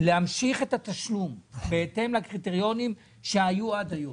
להמשיך את התשלום בהתאם לקריטריונים שהיו עד היום.